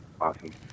awesome